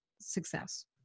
success